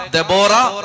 Deborah